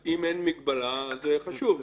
אם אין מגבלה, זה חשוב.